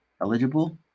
eligible